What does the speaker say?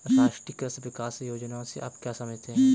राष्ट्रीय कृषि विकास योजना से आप क्या समझते हैं?